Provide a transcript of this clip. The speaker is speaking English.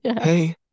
Hey